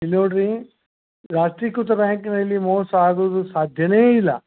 ಇಲ್ಲಿ ನೋಡಿರಿ ರಾಷ್ಟ್ರೀಕೃತ ಬ್ಯಾಂಕಿನಲ್ಲಿ ಮೋಸ ಆಗೋದು ಸಾಧ್ಯನೇ ಇಲ್ಲ